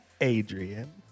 Adrian